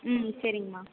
ம் சரிங்கமா